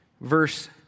verse